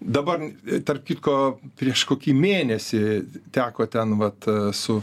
dabar tarp kitko prieš kokį mėnesį teko ten vat su